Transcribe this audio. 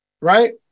Right